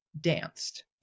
danced